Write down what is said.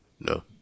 No